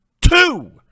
Two